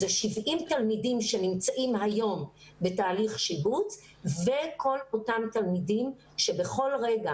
זה 70 תלמידים שנמצאים היום בתהליך שיבוץ וכל אותם תלמידים שבכל רגע